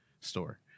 Store